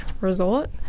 resort